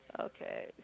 Okay